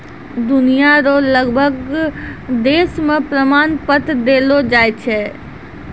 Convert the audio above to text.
दुनिया रो लगभग देश मे प्रमाण पत्र देलो जाय छै